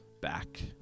back